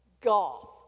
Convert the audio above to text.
Golf